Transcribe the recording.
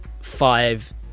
five